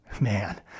man